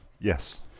Yes